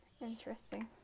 Interesting